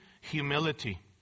humility